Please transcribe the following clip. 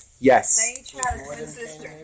Yes